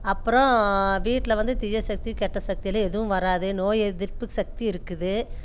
அப்புறம் வீட்டில் வந்து தீய சக்தி கெட்ட சக்தியெலாம் எதுவும் வராது நோய் எதிர்ப்பு சக்தி இருக்குது